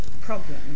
problem